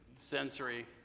sensory